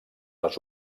les